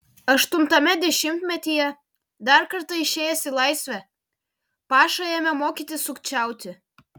aštuntame dešimtmetyje dar kartą išėjęs į laisvę paša ėmė mokytis sukčiauti